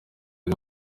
ari